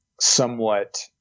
somewhat